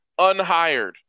unhired